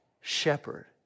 shepherd